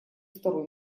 второй